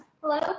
Hello